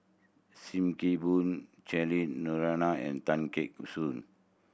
Sim Kee Boon Cheryl Noronha and Tan Gek Suan